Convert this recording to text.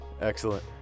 Excellent